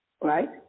Right